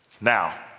Now